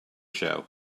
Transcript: show